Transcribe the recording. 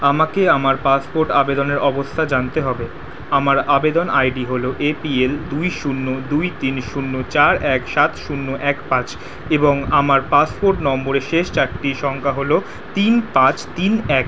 আমাকে আমার পাসপোর্ট আবেদনের অবস্থা জানতে হবে আমার আবেদন আইডি হলো এপিএল দুই শূন্য দুই তিন শূন্য চার এক সাত শূন্য এক পাঁচ এবং আমার পাসপোর্ট নম্বরের শেষ চারটি সংখ্যা হলো তিন পাঁচ তিন এক